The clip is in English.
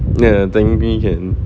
ya technically can